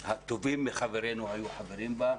הטובים מחברינו היו חברים בה,